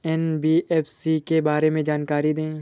NBFC के बारे में जानकारी दें?